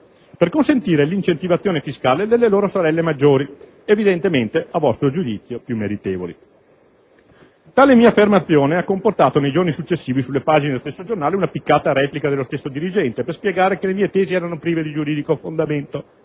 per consentire l'incentivazione fiscale delle loro sorelle maggiori, evidentemente, a vostro giudizio, più meritevoli. Tale mia affermazione ha comportato nei giorni successivi, sulle pagine dello stesso giornale una piccata replica dello stesso dirigente, per spiegare che le mie tesi erano prive di giuridico fondamento.